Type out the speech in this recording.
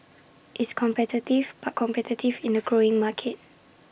it's competitive but competitive in A growing market